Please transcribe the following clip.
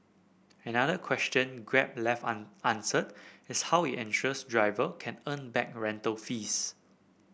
another question Grab left unanswered is how it ensures driver can earn back rental fees